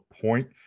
point